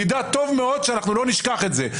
יידע טוב מאוד שאנחנו לא נשכח את זה.